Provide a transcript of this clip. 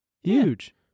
Huge